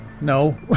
No